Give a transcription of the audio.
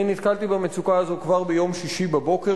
אני נתקלתי במצוקה הזאת כבר ביום שישי בבוקר,